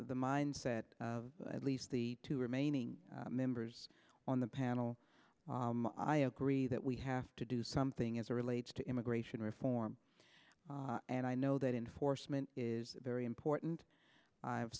the mindset of at least the two remaining members on the panel i agree that we have to do something as a relates to immigration reform and i know that in horsemen is very important i